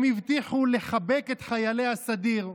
הם הבטיחו לחבק את חיילי הסדיר,